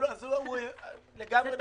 לגמרי נכון.